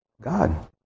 God